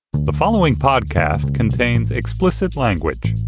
the following podcast contains explicit language